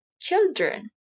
children